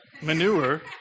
manure